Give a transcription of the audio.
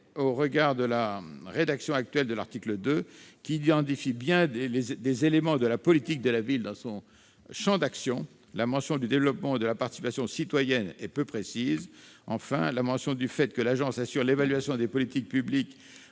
au regard de la rédaction actuelle de l'article 2, qui identifie bien des éléments de la politique de la ville dans le champ d'action de l'agence. La mention du développement de la participation citoyenne est peu précise. Le fait que l'agence assure l'évaluation des politiques publiques